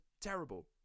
terrible